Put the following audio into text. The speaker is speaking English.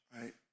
right